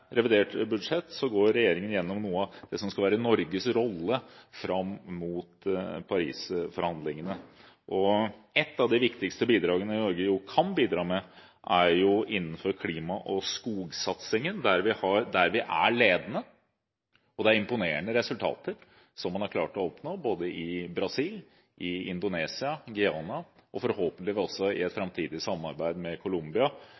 revidert budsjett går regjeringen gjennom noe av det som skal være Norges rolle fram mot Paris-forhandlingene. Noe av det viktigste Norge gjør, er å bidra innen klima- og skogsatsingen – der vi er ledende. Det er imponerende resultater man har klart å oppnå i Brasil, Indonesia og Guyana. Forhåpentligvis vil man også kunne oppnå resultater i et framtidig samarbeid med Colombia,